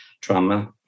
trauma